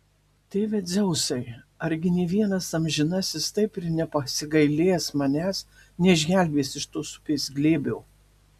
tėve dzeusai argi nė vienas amžinasis taip ir nepasigailės manęs neišgelbės iš tos upės glėbio